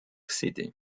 city